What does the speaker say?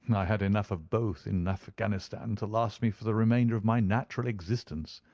and i had enough of both in afghanistan to last me for the remainder of my natural existence.